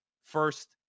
First